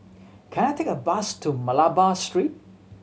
can I take a bus to Malabar Street